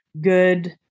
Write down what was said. good